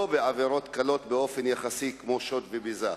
בעבירות קלות באופן יחסי כמו שוד וביזה.